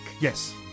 Yes